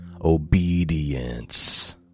Obedience